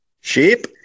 Sheep